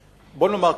בוא נאמר כך,